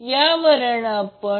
तर ते असेल सरळ करा ते 297